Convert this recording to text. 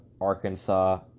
Arkansas